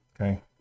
okay